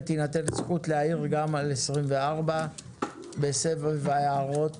ותינתן זכות להעיר גם על 24 בסבב ההערות